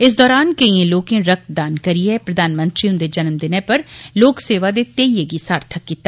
इस दरान केइए लोकें रक्तदान करियै प्रधानमंत्री हुंदे जन्मदिनै पर लोक सेवा दे घेइयै गी सार्थक कीता